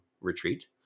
retreat